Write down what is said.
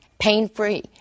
pain-free